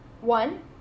One